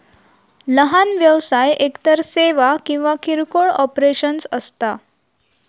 लहान व्यवसाय एकतर सेवा किंवा किरकोळ ऑपरेशन्स असता